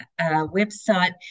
website